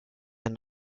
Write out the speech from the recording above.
end